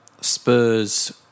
Spurs